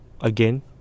again